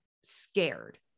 scared